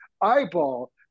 eyeball